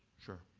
sure.